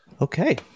Okay